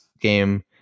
game